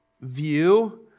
view